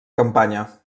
campanya